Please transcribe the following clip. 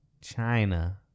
China